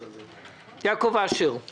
יעקב אשר, בבקשה.